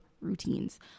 routines